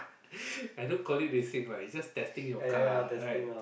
I don't call it racing lah it's just testing your car right